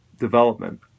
development